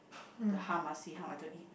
the hum ah see how other eat